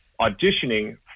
auditioning